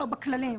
בכללים.